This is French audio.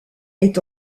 est